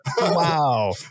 wow